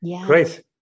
great